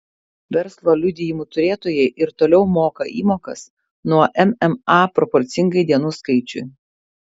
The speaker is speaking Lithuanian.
verslo liudijimų turėtojai ir toliau moka įmokas nuo mma proporcingai dienų skaičiui